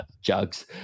jugs